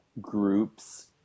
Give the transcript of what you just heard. groups